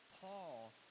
Paul